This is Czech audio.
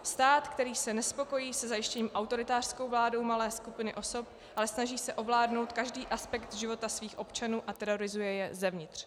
Stát, který se nespokojí se zajištěním autoritářskou vládou malé skupiny osob, ale snaží se ovládnout každý aspekt života svých občanů a terorizuje je zevnitř.